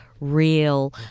real